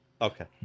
Okay